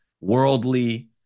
worldly